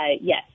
yes